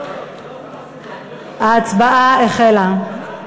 ההצבעה החלה.